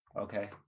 Okay